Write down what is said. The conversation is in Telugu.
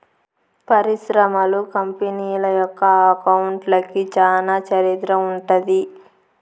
పరిశ్రమలు, కంపెనీల యొక్క అకౌంట్లకి చానా చరిత్ర ఉంటది